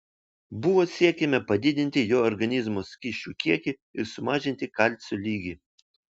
buvo siekiama padidinti jo organizmo skysčių kiekį ir sumažinti kalcio lygį